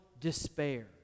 despair